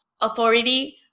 authority